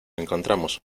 encontramos